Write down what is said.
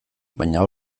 baina